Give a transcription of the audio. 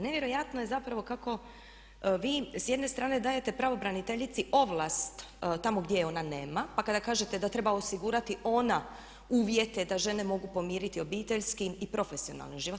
Nevjerojatno je zapravo kako vi s jedne strane dajete pravobraniteljici ovlast tamo gdje je ona nema, pa kada kažete da treba osigurati ona uvjete da žene mogu pomiriti obiteljski i profesionalni život.